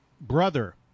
brother